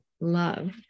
Love